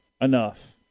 enough